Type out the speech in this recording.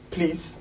Please